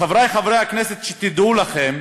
חברי חברי הכנסת, שתדעו לכם,